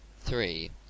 three